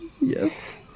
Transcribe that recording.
Yes